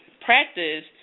practice